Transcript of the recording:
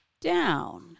down